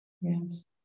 yes